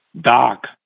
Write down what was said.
Doc